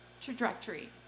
trajectory